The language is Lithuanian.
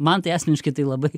man tai asmeniškai tai labai